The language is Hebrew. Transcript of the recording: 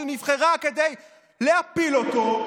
כשהיא נבחרה כדי להפיל אותו,